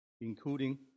including